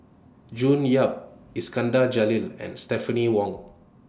June Yap Iskandar Jalil and Stephanie Wong